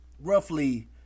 roughly